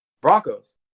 Broncos